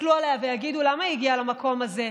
יסתכלו עליה ויגידו: למה היא הגיעה למקום הזה?